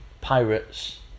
pirates